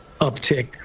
uptick